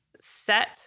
set